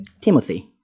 Timothy